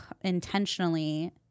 intentionally